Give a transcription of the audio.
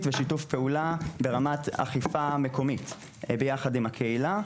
ושיתוף פעולה ברמת אכיפה מקומית יחד עם הקהילה.